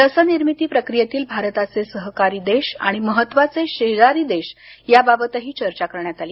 लसनिर्मिती प्रक्रियेतील भारताचे सहकारी देश आणि महत्त्वाचे शेजारी देश याबाबतही चर्चा करण्यात आली